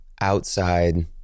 outside